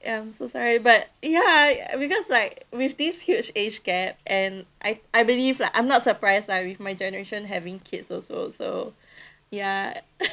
I'm so sorry but ya because like with this huge age gap and I I believe lah I'm not surprised lah with my generation having kids also so ya